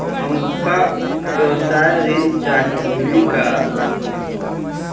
हमका व्यवसाय ऋण चाही मिली का?